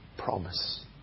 promise